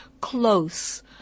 close